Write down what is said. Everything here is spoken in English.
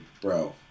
bro